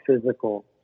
physical